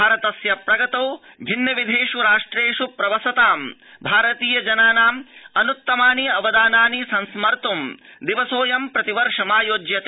भारतस्य प्रगतौ भिन्न विधेष् राष्ट्रेष् प्रवसतां भारतीय जनानाम् अन्त्तमानि अवदानानि संस्मर्त्यूं दिवसोऽयं प्रतिवर्षमायोज्यते